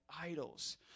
idols